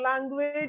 language